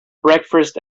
breakfast